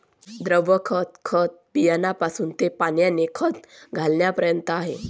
द्रव खत, खत बियाण्यापासून ते पाण्याने खत घालण्यापर्यंत आहे